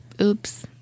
Oops